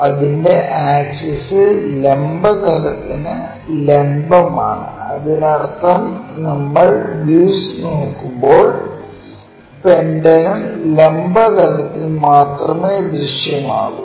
അതിന്റെ ആക്സിസ് ലംബ തലത്തിനു ലംബം ആണ് അതിനർത്ഥം നമ്മൾ വ്യൂസ് നോക്കുമ്പോൾ പെന്റഗൺ ലംബ തലത്തിൽ മാത്രമേ ദൃശ്യമാകൂ